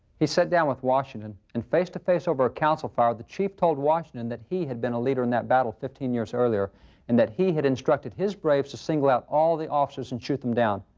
he sat down with washington and face-to-face over a council fire, the chief told washington that he had been a leader in that battle fifteen years earlier and that he had instructed his braves to single out all the officers and shoot them down.